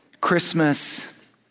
Christmas